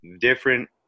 different